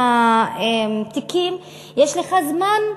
מהתיקים, יש לך זמן?